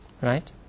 Right